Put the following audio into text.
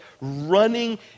running